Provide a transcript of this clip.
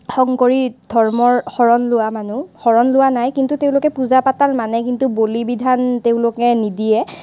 শংকৰী ধৰ্মৰ শৰণ লোৱা মানুহ শৰণ লোৱা নাই কিন্তু তেওঁলোকে পূজা পাতল মানে কিন্তু বলি বিধান তেওঁলোকে নিদিয়ে